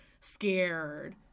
scared